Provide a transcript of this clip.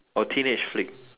or teenage flick